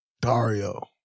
Dario